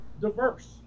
diverse